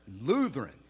Lutheran